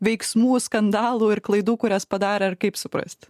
veiksmų skandalų ir klaidų kurias padarė ar kaip suprast